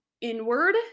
inward